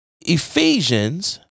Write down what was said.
Ephesians